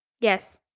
Yes